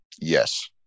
yes